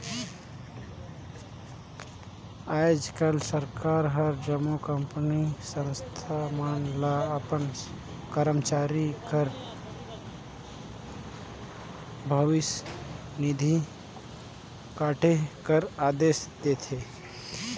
आएज काएल सरकार हर जम्मो कंपनी, संस्था मन ल अपन करमचारी कर भविस निधि काटे कर अदेस देथे